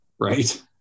right